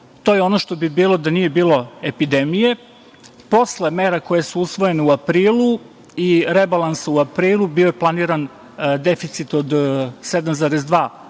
to je ono što bi bilo da nije bilo epidemije. Posle mera koje su usvojene u aprilu i rebalansa u aprilu bio je planiran deficit od 7,2%